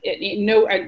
no